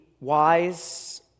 wise